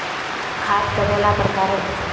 खाद कतेला प्रकारेर होचे?